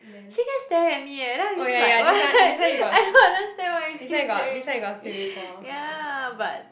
she keeps staring at me eh then I just like what I don't understand why she keeps staring at me yea but